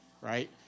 right